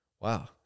Wow